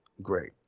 Great